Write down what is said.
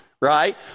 right